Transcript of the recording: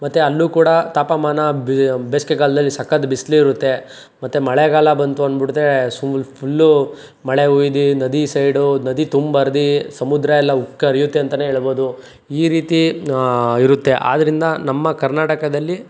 ಮತ್ತೆ ಅಲ್ಲೂ ಕೂಡ ತಾಪಮಾನ ಬೇಸಿಗೆಗಾಲ್ದಲ್ಲಿ ಸಕತ್ತು ಬಿಸಿಲಿರುತ್ತೆ ಮತ್ತು ಮಳೆಗಾಲ ಬಂತು ಅಂದ್ಬುಡ್ತೇ ಸೂಲ್ ಫುಲ್ಲು ಮಳೆ ಹುಯ್ದು ನದಿ ಸೈಡು ನದಿ ತುಂಬ ಹರ್ದು ಸಮುದ್ರ ಎಲ್ಲ ಉಕ್ಕಿ ಹರಿಯುತ್ತೆ ಅಂತಲೇ ಹೇಳಬೋದು ಈ ರೀತಿ ಇರುತ್ತೆ ಆದ್ರಿಂದ ನಮ್ಮ ಕರ್ನಾಟಕದಲ್ಲಿ